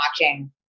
watching